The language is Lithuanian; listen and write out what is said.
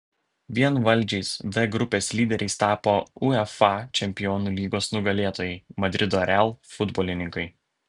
vienvaldžiais d grupės lyderiais tapo uefa čempionų lygos nugalėtojai madrido real futbolininkai